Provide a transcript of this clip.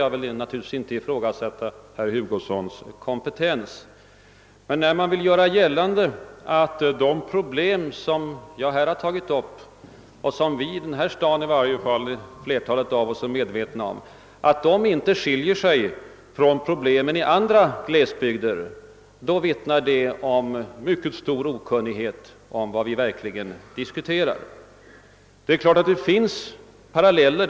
Jag vill naturligtvis inte ifrågasätta herr Hugossons kompetens, men om han vill göra gällande att de problem som jag här tagit upp — och som i varje fall ett flertal av oss i denna stad är medvetna om — inte skiljer sig från problemen i andra glesbygder, vittnar det om stor okunnighet om vad vi diskuterar. Det är klart att det förekommer paralleller.